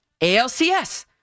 ALCS